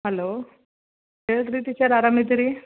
hello ಹೇಳಿರಿ teacher ಆರಾಮಿದ್ದೀರಿ